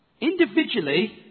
Individually